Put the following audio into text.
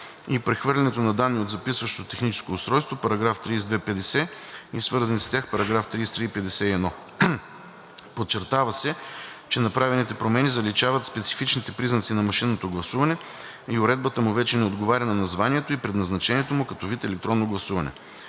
и прехвърлянето на данни от записващото техническо устройство –§ 32, 50 и свързаните с тях § 33 и 51. Подчертава се, че направените промени заличават специфичните признаци на машинното гласуване и уредбата му вече не отговаря на названието и предназначението му като вид електронно гласуване.